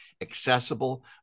accessible